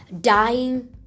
Dying